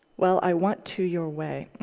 well, i want to your way.